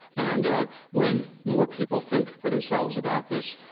and when more people think for themselves about this,